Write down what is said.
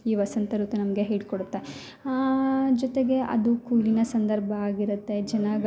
ಈ ವಸಂತ ಋತು ನಮಗೆ ಹೇಳಿಕೊಡುತ್ತೆ ಜೊತೆಗೆ ಅದು ಕುಲೀನ ಸಂದರ್ಭ ಆಗಿರುತ್ತೆ ಜನಗ